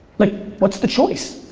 like, what's the choice?